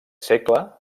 segle